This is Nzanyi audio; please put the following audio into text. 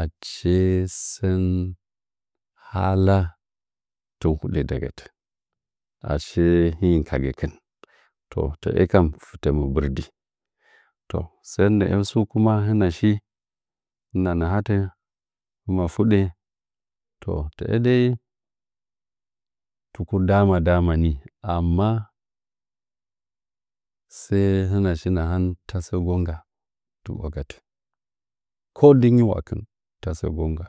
achi sɚn hala tɨn huɗɚ ndagɚtɚ asɚ hɨny ka gɚkɨh to tɚɚ kam fɨtɚ mɨ mbɨrdi to sɚn nɚɚ tsu kuma hɨna shi hɨna nahatɚ hɨmia fuɗɚ to dai to ku dama dama ni amma sɚ hɨna shi nahan tasɚ gonga tsuwa gatɚ ko dɨ nyi’wakɨn tasɚ ngonga